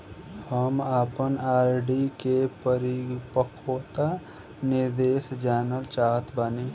हम आपन आर.डी के परिपक्वता निर्देश जानल चाहत बानी